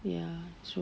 ya true